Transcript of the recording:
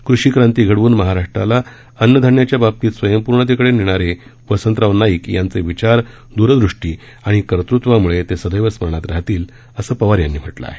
कृषिक्रांती घडवून महाराष्ट्राला अन्नधान्याच्या बाबतीत स्वयंपूर्णतेकडे नेणारे वसंतराव नाईक यांचे विचार द्रदृष्टी आणि कर्तृत्वामुळे ते सदैव स्मरणात राहतील असं पवार यांनी म्हटलं आहे